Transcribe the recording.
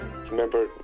Remember